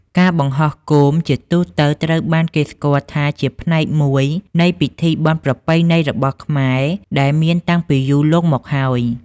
ការបង្ហោះគោមជាទូទៅត្រូវបានគេស្គាល់ថាជាផ្នែកមួយនៃពិធីបុណ្យប្រពៃណីរបស់ខ្មែរ ដែលមានតាំងពីយូរលង់មកហើយ។